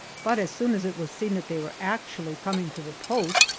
but as soon as it was seen that they were actually coming to the post,